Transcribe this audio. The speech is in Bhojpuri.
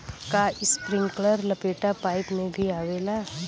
का इस्प्रिंकलर लपेटा पाइप में भी आवेला?